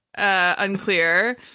Unclear